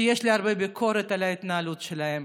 שיש לי הרבה ביקורת על ההתנהלות שלה.